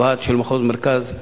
ועד של מחוז מרכז,